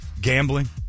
gambling